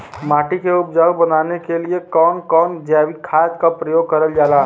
माटी के उपजाऊ बनाने के लिए कौन कौन जैविक खाद का प्रयोग करल जाला?